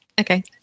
Okay